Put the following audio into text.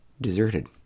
deserted